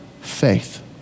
faith